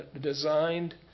designed